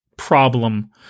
problem